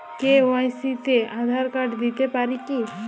KYC তে Aadhaar card দিতে পারি কি?